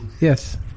Yes